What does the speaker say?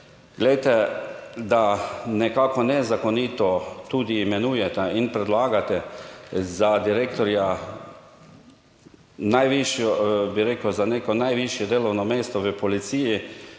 glejte, da nekako nezakonito tudi imenujete in predlagate za direktorja najvišjo, bi rekel, za neko najvišje delovno mesto v policiji,